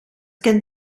gen